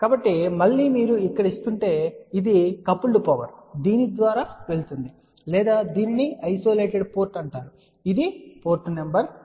కాబట్టి మళ్ళీ మీరు ఇక్కడ ఇస్తుంటే ఇది కపుల్డ్ పవర్ ఇది దీని ద్వారా వెళుతుంది లేదా దీనిని ఐసోలేటెడ్ పోర్ట్ అంటారు ఇది పోర్ట్ నెంబర్ 4